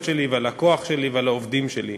שלי ועל הכוח שלי ועל העובדים שלי.